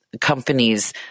companies